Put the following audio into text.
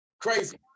Crazy